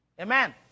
Amen